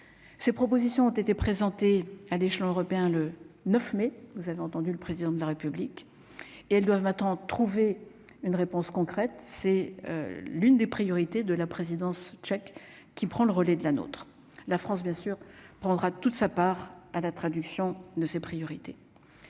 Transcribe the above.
ces propositions ont été présentées à l'échelon européen, le 9 mai vous avez entendu le président de la République et elles doivent maintenant trouver une réponse concrète, c'est l'une des priorités de la présidence tchèque qui prend le relais de la nôtre, la France bien sûr prendra toute sa part à la traduction de ses priorités,